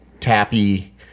tappy